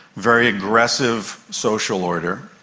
very aggressive social order.